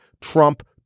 Trump